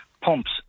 pumps